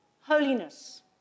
holiness